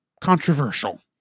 controversial